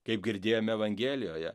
kaip girdėjome evangelijoje